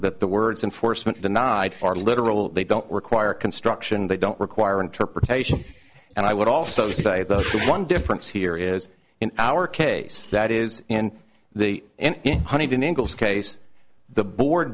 that the words and forstmann denied are literal they don't require construction they don't require interpretation and i would also say the one difference here is in our case that is in the end in one even ingles case the board